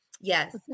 yes